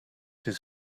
his